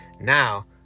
Now